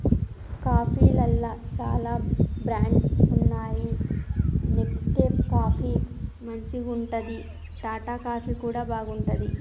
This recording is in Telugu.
కాఫీలల్ల చాల బ్రాండ్స్ వున్నాయి నెస్కేఫ్ కాఫీ మంచిగుంటది, టాటా కాఫీ కూడా బాగుంటది